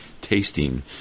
tasting